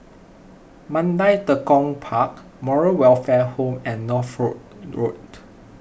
Mandai Tekong Park Moral Welfare Home and Northolt Road